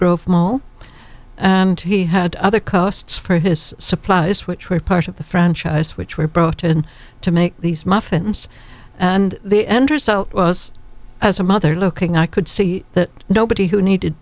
grow from all and he had other costs for his supplies which were part of the franchise which were brought in to make these muffins and the end result was as a mother looking i could see that nobody who needed